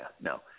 No